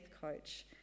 coach